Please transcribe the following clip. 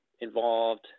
involved